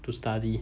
to study